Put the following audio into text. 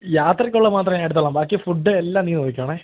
യാത്രയ്ക്കുള്ളത് മാത്രം ഞാനെടുത്തുകൊള്ളാം ബാക്കി ഫൂഡ് എല്ലാം നീ നോക്കിക്കൊള്ളണം